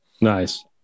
Nice